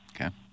Okay